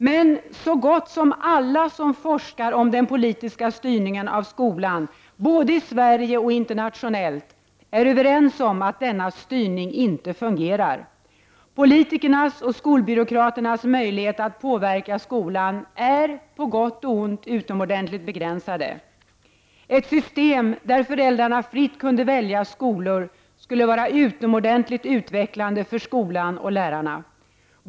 Men så gott som alla som forskar om den politiska styrningen av skolan, både i Sverige och internationellt, är överens om att denna styrning inte fungerar. Politikernas och skolbyråkraternas möjligheter att påverka skolan är, på gott och ont, utomordentligt begränsade. Ett system där föräldrarna fritt kunde välja skolor skulle vara utomordentligt utvecklande för skolan och lärarna.